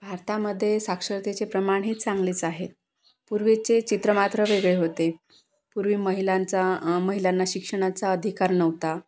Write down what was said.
भारतामधे साक्षरतेचे प्रमाण हे चांगलेच आहे पूर्वीचे चित्र मात्र वेगळे होते पूर्वी महिलांचा महिलांना शिक्षणाचा अधिकार नव्हता